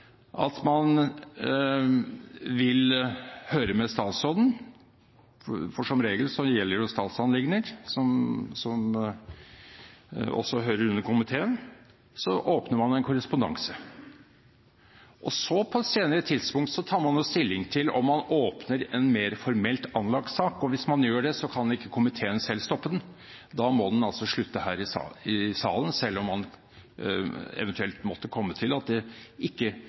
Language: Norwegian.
at man vil høre med statsråden, for som regel gjelder det statsanliggender som også hører under komiteen, og så åpner man en korrespondanse. På et senere tidspunkt tar man så stilling til om man åpner en mer formelt anlagt sak. Hvis man gjør det, kan ikke komiteen selv stoppe den, da må den altså slutte her i salen, selv om man eventuelt måtte komme til at det ikke